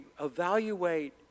evaluate